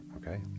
okay